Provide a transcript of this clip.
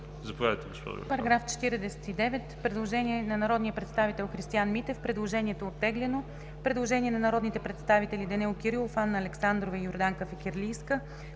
Заповядайте, госпожо